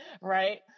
Right